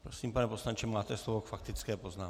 Prosím, pane poslanče, máte slovo k faktické poznámce.